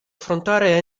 affrontare